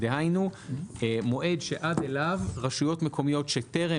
דהיינו מועד שעד אליו רשויות מקומיות שטרם